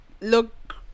look